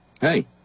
hey